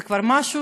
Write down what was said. זה משהו